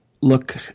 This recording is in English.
look